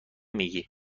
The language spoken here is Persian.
میگیی